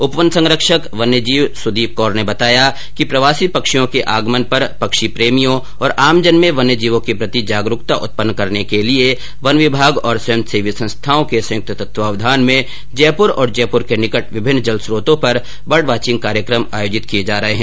उपवन संरक्षक वन्यजीव सुदीप कौर ने बताया कि प्रवासी पक्षियों के आगमन पर पक्षी प्रेमियों और आमजन में वन्य जीवों के प्रति जागरूकता उत्पन्न करने के लिए वन विभाग और स्वयं सेवी संस्थाओं के संयुक्त तत्वावधान में जयपुर और जयपुर के निकटस्थ विभिन्न जलस्रोतों पर बर्ड वाचिंग का कार्यक्रम आयोजित किये जा रहे हैं